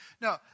No